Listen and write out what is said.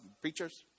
preachers